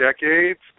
decades